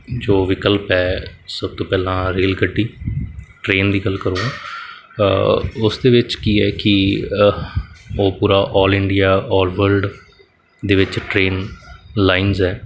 ਜੋ ਵਿਕਲਪ ਹੈ ਸਭ ਤੋਂ ਪਹਿਲਾਂ ਰੇਲ ਗੱਡੀ ਟਰੇਨ ਦੀ ਗੱਲ ਕਰੋ ਉਸ ਦੇ ਵਿੱਚ ਕੀ ਹੈ ਕਿ ਉਹ ਪੂਰਾ ਆਲ ਇੰਡੀਆ ਆਲ ਵਰਲਡ ਦੇ ਵਿੱਚ ਟਰੇਨ ਲਾਈਨਜ਼ ਹੈ